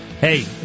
Hey